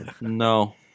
No